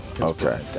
Okay